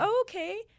Okay